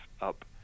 up